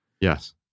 Yes